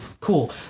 cool